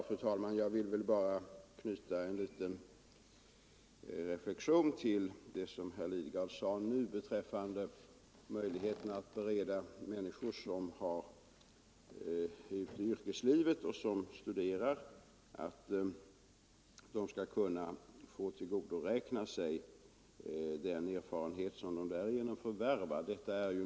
Fru talman! Jag vill bara knyta en liten reflexion till det som herr Lidgard sade om att bereda människor som är ute i yrkeslivet och som samtidigt studerar möjlighet att tillgodoräkna sig den erfarenhet de därigenom förvärvar.